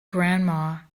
grandma